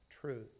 truth